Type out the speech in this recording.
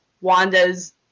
Wanda's